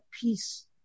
peace